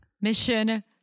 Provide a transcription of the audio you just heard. Mission